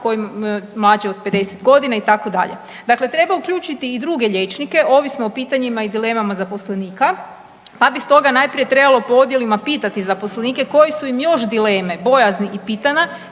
kojim mlađim od 50.g. itd.. Dakle, treba uključiti i druge liječnike ovisno o pitanjima i dilemama zaposlenika, pa bi stoga najprije trebalo po odjelima pitati zaposlenike koje su im još dileme, bojazni i pitanja